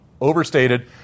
overstated